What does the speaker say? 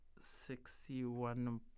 sixty-one